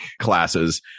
classes